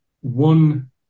one